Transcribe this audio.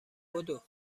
بدو